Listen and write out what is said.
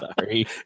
Sorry